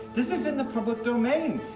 this is in the public domain,